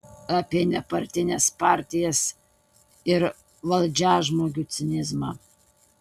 apie nepartines partijas ir valdžiažmogių cinizmą